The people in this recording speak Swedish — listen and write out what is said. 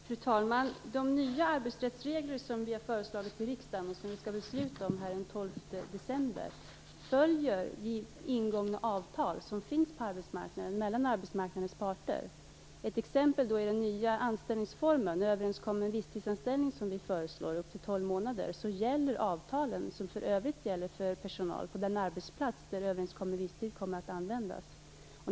Fru talman! De nya arbetsrättsregler som vi har föreslagit riksdagen, och som det skall fattas beslut om den 12 december, följer ingångna avtal som finns mellan arbetsmarknadens parter. Ett exempel är den nya anställningsformen, överenskommen visstidsanställning, som vi föreslår upp till tolv månader. Där gäller avtalen som för övrig personal på den arbetsplats där överenskommen visstid kommer att användas.